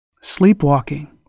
Sleepwalking